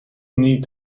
need